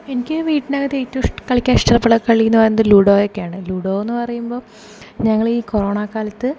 എനിക്ക് വീട്ടിനകത്ത് ഏറ്റവും ഇഷ്ടം കളിക്കാൻ ഇഷ്ട്ടം ഉള്ള കളി എന്നുപറയുന്നത് ലുഡോ ഒക്കെയാണ് ലുഡോന്ന് പറയുമ്പം ഞങ്ങളീ കൊറോണക്കാലത്ത്